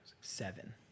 seven